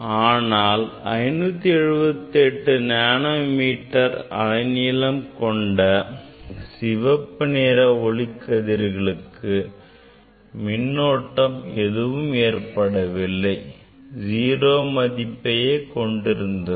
ஆனால் 578 நானோமீட்டர் அலைநீளம் கொண்ட சிவப்பு நிற ஒளிக்கதிர்களுக்கு மின்னோட்டம் எதுவும் ஏற்படவில்லை 0 மதிப்பையே கொண்டிருந்தது